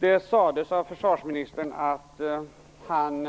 Det sades av försvarsministern att han